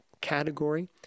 category